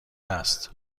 است